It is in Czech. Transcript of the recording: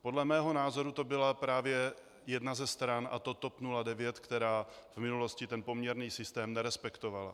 Podle mého názoru to byla právě jedna ze stran, a to TOP 09, která v minulosti poměrný systém nerespektovala.